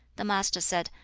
the master said,